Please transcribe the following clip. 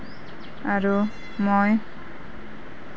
আৰু মই